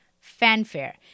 fanfare